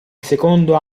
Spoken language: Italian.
secondo